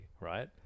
right